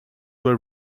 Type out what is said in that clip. were